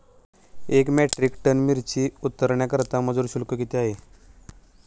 एक metric tonne मिरची उतरवण्याकरता मजुर शुल्क किती आहे?